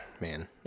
man